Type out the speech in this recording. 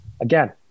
again